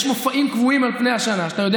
יש מופעים קבועים על פני השנה שבהם אתה יודע